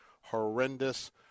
horrendous